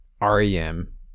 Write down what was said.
REM